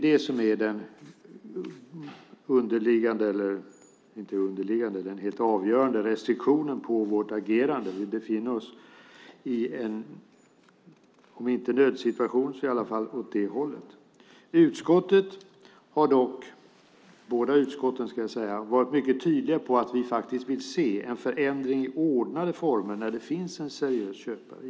Det är den helt avgörande restriktionen på vårt agerande. Vi befinner oss om inte i en nödsituation så i alla fall i något åt det hållet. Båda utskotten har varit mycket tydliga med att utskotten vill se en förändring i ordnade former när det finns en seriös köpare.